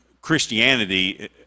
Christianity